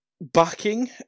backing